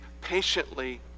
patiently